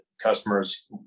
customers